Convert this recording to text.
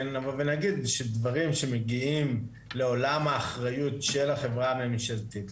בדברים שמגיעים לעולם האחריות של החברה הממשלתית,